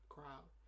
Crowd